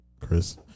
Chris